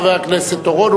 חבר הכנסת אורון,